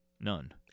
None